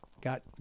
got